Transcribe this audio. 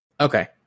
Okay